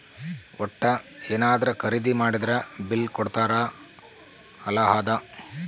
ವಟ್ಟ ಯೆನದ್ರ ಖರೀದಿ ಮಾಡಿದ್ರ ಬಿಲ್ ಕೋಡ್ತಾರ ಅಲ ಅದ